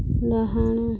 ଡାହାଣ